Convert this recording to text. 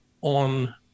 on